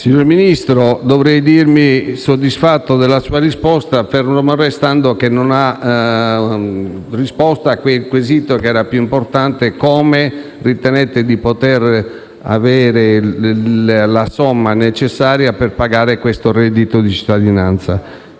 Signor Ministro, dovrei dirmi soddisfatto della sua risposta, fermo restando che non ha risposto al quesito più importante, ovvero come ritenete di potere avere la somma necessaria per pagare questo reddito di cittadinanza.